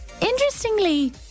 Interestingly